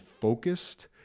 focused